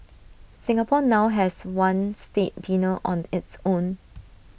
Singapore now has one state dinner on its own